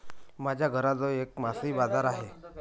माझ्या घराजवळ एक मासळी बाजार आहे